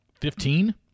Fifteen